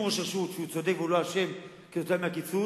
שום ראש רשות שהוא צודק ולא אשם כתוצאה מהקיצוץ.